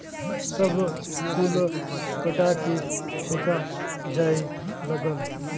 सब कुल कटा के फेका जाए लगल